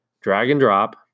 drag-and-drop